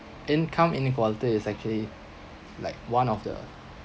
income inequality is actually like one of the